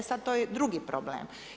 E sad, to je drugi problem.